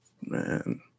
man